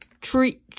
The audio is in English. tree